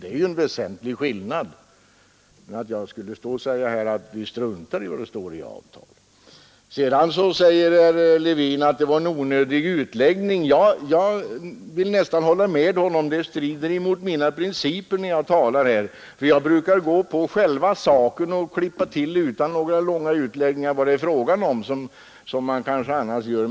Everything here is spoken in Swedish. Det är ju en väsentlig skillnad jämfört med att jag skulle säga att vi struntar i vad det står i avtalen. Vidare säger herr Levin att det var en onödig utläggning jag gjorde. Ja, jag vill nästan hålla med honom. Det strider mot mina principer när jag talar här, för jag brukar gå på själva saken och klippa till utan några långa utläggningar om vad det är fråga om, som man kanske annars gör.